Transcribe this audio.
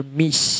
miss